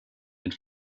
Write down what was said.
and